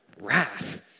wrath